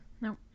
no